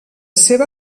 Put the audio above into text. seva